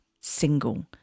Single